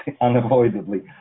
unavoidably